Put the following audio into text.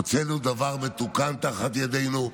הוצאנו דבר מתוקן תחת ידנו,